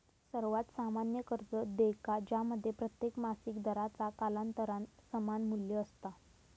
सर्वात सामान्य कर्ज देयका ज्यामध्ये प्रत्येक मासिक दराचा कालांतरान समान मू्ल्य असता